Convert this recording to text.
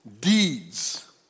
deeds